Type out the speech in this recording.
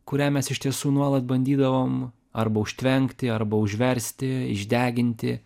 kurią mes iš tiesų nuolat bandydavom arba užtvenkti arba užversti išdeginti